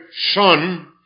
Son